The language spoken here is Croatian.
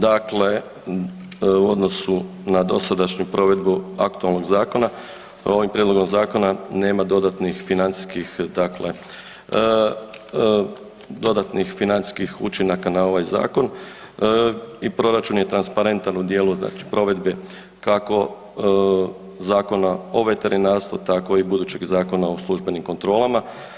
Dakle, u odnosu na dosadašnju provedbu aktualnog zakona ovim prijedlogom zakona nema dodatnih financijskih dakle dodatnih financijskih učinaka na ovaj zakon i proračun je transparentan u dijelu znači provedbe kako Zakona o veterinarstvu tako i budućeg Zakona o službenim kontrolama.